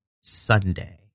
Sunday